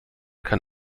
kann